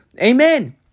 Amen